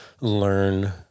learn